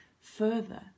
further